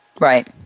Right